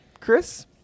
Chris